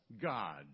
God